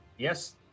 Yes